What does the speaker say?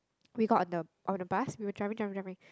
we got on the on the bus we were driving driving driving